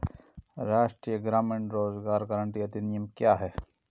राष्ट्रीय ग्रामीण रोज़गार गारंटी अधिनियम क्या है?